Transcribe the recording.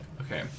okay